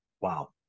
wow